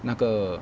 那个